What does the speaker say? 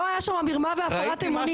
לא הייתה שם הפרת אמונים,